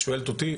את שואלת אותי,